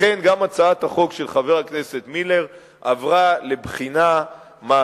לכן גם הצעת החוק של חבר הכנסת מילר עברה לבחינה מעמיקה,